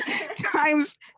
Times